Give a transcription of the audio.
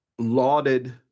lauded